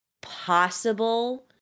possible